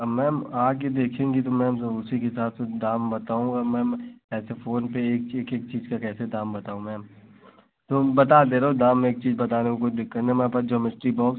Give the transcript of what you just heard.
ma'am आकर देखेंगी तो मैं जो उसी के हिसाब से दाम बताऊँगा मैम ऐसे फ़ोन पर एक चीज़ किस चीज़ का कैसे दाम बताऊँ मैम तो बता दे रहा हूँ दाम एक चीज़ बता रहा हूँ कोई दिक्कत नहीं मैम अपन ज्यॉमेट्री बॉक्स